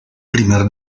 primer